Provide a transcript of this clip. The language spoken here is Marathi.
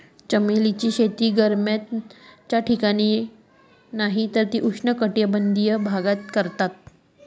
चमेली नी शेती गरमी नाही ते मंग उष्ण कटबंधिय भागस मान करतस